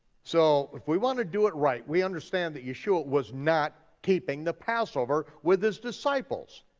so if we wanna do it right, we understand that yeshua was not keeping the passover with his disciples.